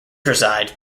reside